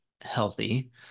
healthy